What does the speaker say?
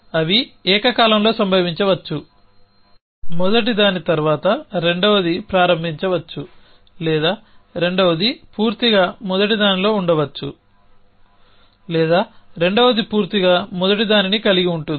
అవి ఏకకాలంలో సంభవించవచ్చు మొదటిదాని తర్వాత రెండవది ప్రారంభించ వచ్చు లేదా రెండవది పూర్తిగా మొదటిదానిలో ఉండవచ్చు లేదా రెండవది పూర్తిగా మొదటిదానిని కలిగి ఉంటుంది